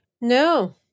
No